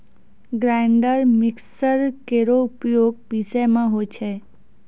grinder mixer केरो उपयोग पिसै म होय छै